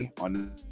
on